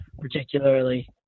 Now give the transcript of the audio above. particularly